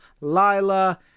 Lila